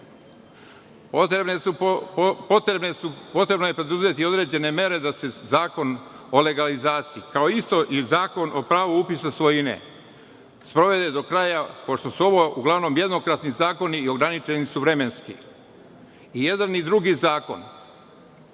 potrebno je preduzeti određene mere da se Zakon o legalizaciji, kao i Zakon o pravu upisa svojine, sprovede do kraja, pošto su ovo uglavnom jednokratni zakoni i ograničeni su vremenski. I jedan i drugi zakon